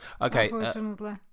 Okay